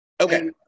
okay